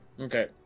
Okay